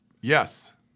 Yes